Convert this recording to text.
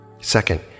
Second